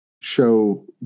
show